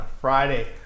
Friday